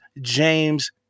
james